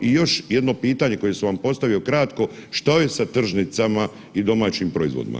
I još jedno pitanje koje sam vam postavi kratko, što je sa tržnicama i domaćim proizvodima?